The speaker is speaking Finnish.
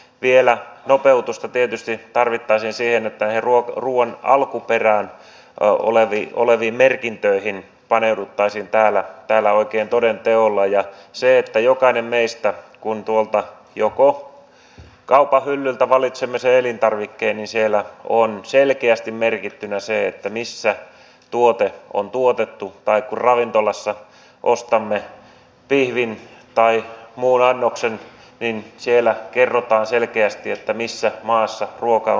vielä nopeutusta tietysti tarvittaisiin siihen että ruoan alkuperää koskeviin merkintöihin paneuduttaisiin täällä oikein toden teolla niin että kun jokainen meistä tuolta kaupan hyllyltä valitsee sen elintarvikkeen niin siellä on selkeästi merkittynä se missä tuote on tuotettu tai kun ravintolassa ostamme pihvin tai muun annoksen niin siellä kerrotaan selkeästi missä maassa ruoka on tuotettu